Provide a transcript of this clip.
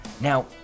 Now